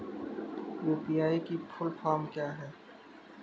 UPI की full form क्या है?